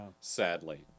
Sadly